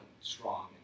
strong